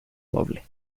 doble